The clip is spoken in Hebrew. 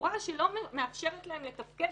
בצורה שלא מאפשרת להם לתפקד.